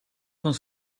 van